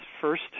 first